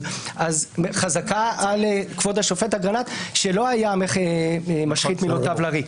אז חזקה על כבוד השופט אגרנט שלא היה משחית מילותיו לריק.